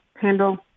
handle